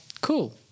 cool